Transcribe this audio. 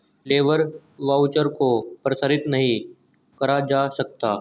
labour voucher को प्रसारित नहीं करा जा सकता